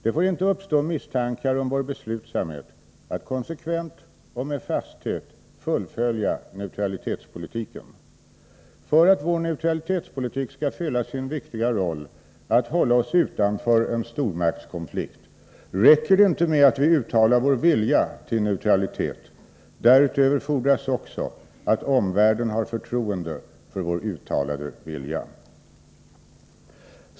Det får inte uppstå misstankar om vår beslutsamhet att konsekvent och med fasthet fullfölja neutralitetspolitiken. För att vår neutralitetspolitik skall fylla sin viktiga roll att hålla oss utanför en stormaktskonflikt räcker det inte med att vi uttalar vår vilja till neutralitet. Därutöver fordras också att omvärlden har förtroende för vår uttalade vilja.